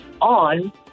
on